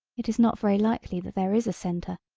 it is not very likely that there is a centre,